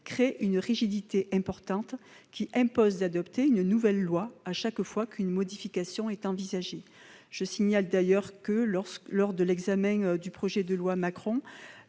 crée une rigidité importante qui impose d'adopter une nouvelle loi à chaque fois qu'une modification est envisagée. Lors de l'examen du projet de loi Macron,